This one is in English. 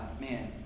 man